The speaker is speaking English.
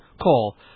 call